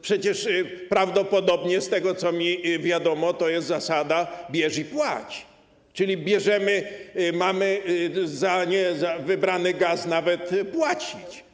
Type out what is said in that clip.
Przecież prawdopodobnie, z tego co mi wiadomo, jest zasada: bierz i płać, czyli bierzemy i mamy za wybrany gaz nawet płacić.